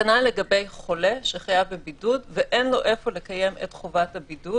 כנ"ל לגבי חולה שחייב בבידוד ואין לו איפה לקיים את חובת הבידוד